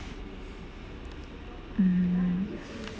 mm